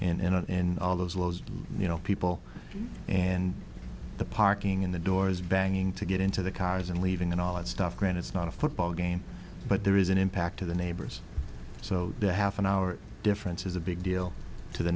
and in all those lows you know people and the parking in the doors banging to get into the cars and leaving and all that stuff grand it's not a football game but there is an impact to the neighbors so the half an hour difference is a big deal to the